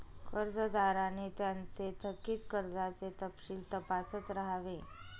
कर्जदारांनी त्यांचे थकित कर्जाचे तपशील तपासत राहावे